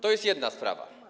To jest jedna sprawa.